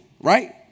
right